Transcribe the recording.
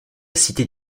cité